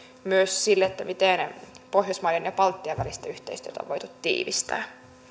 myös siinä miten pohjoismaiden ja baltian välistä yhteistyötä on voitu tiivistää